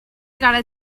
gotta